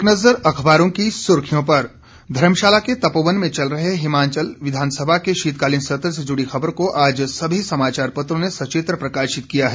एक नज़र अखबारों की सुर्खियों पर धर्मशाला के तपोवन में चल रहे हिमाचल विधानसभा के शीतकालीन सत्र से जुड़ी खबर को आज सभी समाचार पत्रों ने सचित्र प्रकाशित किया है